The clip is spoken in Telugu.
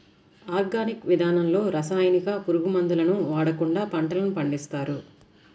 ఆర్గానిక్ విధానంలో రసాయనిక, పురుగు మందులను వాడకుండా పంటలను పండిస్తారు